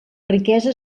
riquesa